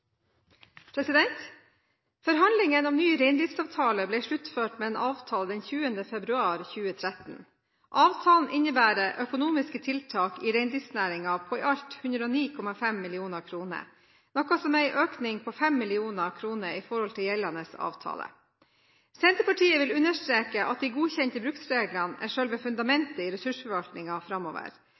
om ny reindriftsavtale ble sluttført med en avtale den 20. februar 2013. Avtalen innebærer økonomiske tiltak i reindriftsnæringen på i alt 109,5 mill. kr, noe som er en økning på 5 mill. kr i forhold til gjeldende avtale. Senterpartiet vil understreke at de godkjente bruksreglene er selve fundamentet i ressursforvaltningen framover,